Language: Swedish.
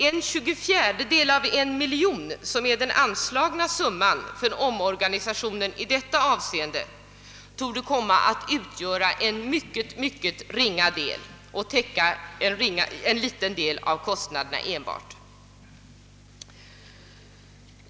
En tjugofjärdedel av en miljon kronor, som är den anslagna summan för omorganisationen i detta avseende, torde komma att täcka enbart en liten del av kostnaderna.